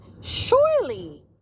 surely